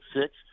six